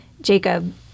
jacob